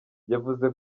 yavuze